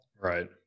right